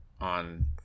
on